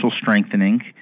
strengthening